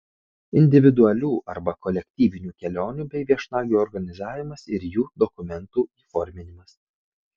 individualių arba kolektyvinių kelionių bei viešnagių organizavimas ir jų dokumentų įforminimas